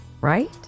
right